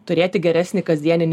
turėti geresnį kasdieninį